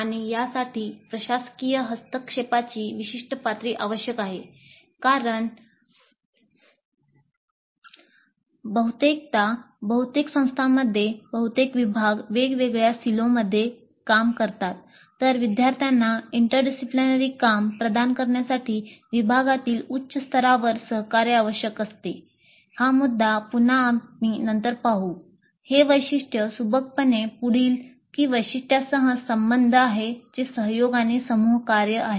आणि यासाठी प्रशासकीय हस्तक्षेपाची विशिष्ट पातळी आवश्यक आहे कारण बहुतेकदा बहुतेक संस्थांमध्ये बहुतेक विभाग वेगळ्या सिलोमध्ये हे वैशिष्ट्य सुबक पणे पुढील की वैशिष्ट्यासह संबद्ध आहे जे सहयोग आणि समूह कार्य आहे